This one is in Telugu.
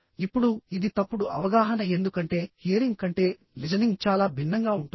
ఇప్పుడు ఇది తప్పుడు అవగాహన ఎందుకంటే హియరింగ్ కంటే లిజనింగ్ చాలా భిన్నంగా ఉంటుంది